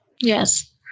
Yes